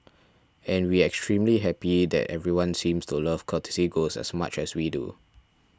and we extremely happy that everyone seems to love Courtesy Ghost as much as we do